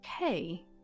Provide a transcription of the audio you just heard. okay